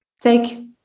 take